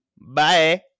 Bye